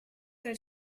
that